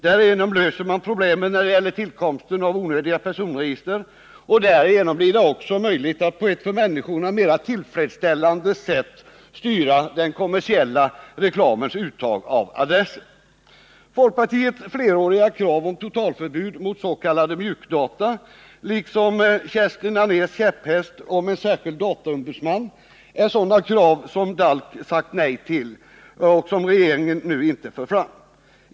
Därigenom löser man problemen när det gäller tillkomsten av onödiga personregister, och därigenom blir det också möjligt att på ett för människorna mer tillfredsställande sätt styra den kommersiella reklamens uttag av adresser. Folkpartiets fleråriga krav på totalförbud mot s.k. mjukdata liksom Kerstin Anérs käpphäst om en särskild dataombudsman är sådana krav som DALK sagt nej till och som regeringen nu inte fört fram.